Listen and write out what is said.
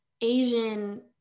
Asian